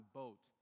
boat